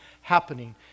happening